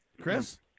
Chris